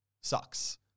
sucks